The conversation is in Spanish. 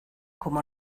como